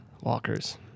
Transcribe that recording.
walkers